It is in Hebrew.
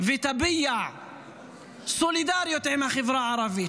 ותביע סולידריות עם החברה הערבית,